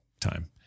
time